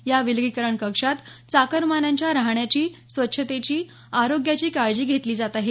या विलगीकरण कक्षात चाकरमान्यांच्या राहण्याची स्वच्छतेची आरोग्याची काळजी घेतली जात आहे